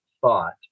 thought